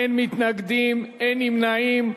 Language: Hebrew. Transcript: אין מתנגדים, אין נמנעים.